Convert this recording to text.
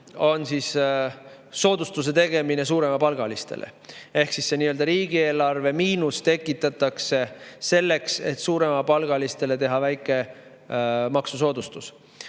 on soodustuse tegemine suuremapalgalistele. See nii-öelda riigieelarve miinus tekitatakse selleks, et suuremapalgalistele teha väike maksusoodustus